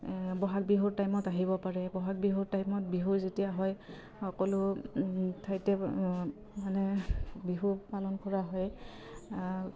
বহাগ বিহুৰ টাইমত আহিব পাৰে বহাগ বিহুৰ টাইমত বিহু যেতিয়া হয় সকলো ঠাইতে মানে বিহু পালন কৰা হয়